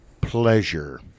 pleasure